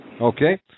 Okay